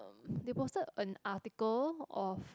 they posted an article of